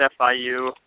FIU